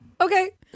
Okay